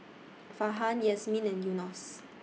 Farhan Yasmin and Yunos